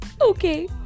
Okay